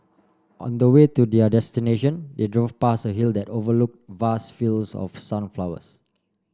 on the way to their destination they drove past a hill that overlook vast fields of sunflowers